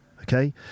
okay